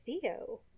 Theo